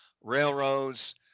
railroads